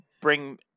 bring